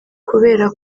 kubera